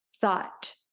thought